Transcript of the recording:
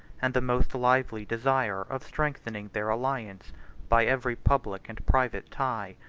and the most lively desire of strengthening their alliance by every public and private tie.